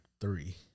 three